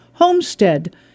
Homestead